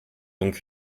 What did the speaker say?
donc